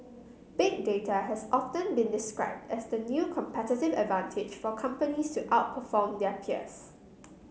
Big Data has often been described as the new competitive advantage for companies to outperform their peers